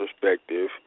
perspective